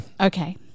okay